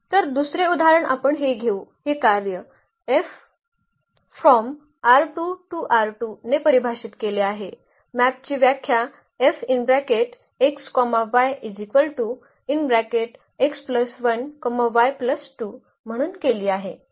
तर दुसरे उदाहरण आपण हे घेऊ हे कार्य ने परिभाषित केले आहे मॅपची व्याख्या म्हणून केली आहे